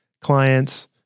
clients